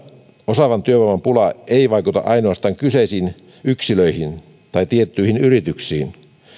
osaavan työvoiman pula ei vaikuta ainoastaan kyseisiin yksilöihin tai tiettyihin yrityksiin